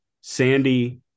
Sandy